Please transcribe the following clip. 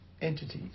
entities